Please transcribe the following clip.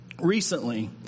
recently